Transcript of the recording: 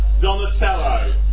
Donatello